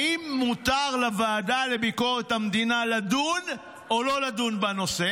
האם מותר לוועדה לביקורת המדינה לדון או לא לדון בנושא.